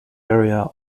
area